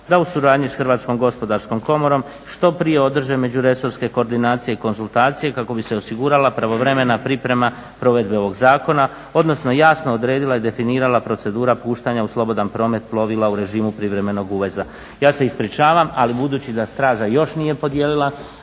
da u suradnji sa Hrvatskom gospodarskom komorom što prije održe međuresorske koordinacije i konzultacije kako bi se osigurala pravovremena priprema provedbe ovog zakona odnosno jasno odredila i definirala procedura puštanja u slobodan promet plovila u režimu privremenog uvoza. Ja se ispričavam ali budući da straža još nije podijelila